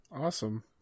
Awesome